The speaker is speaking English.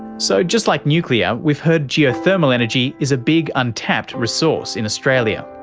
so, just like nuclear, we've heard geothermal energy is a big untapped resource in australia.